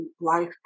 life